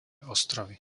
ostrovy